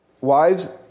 Wives